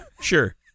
Sure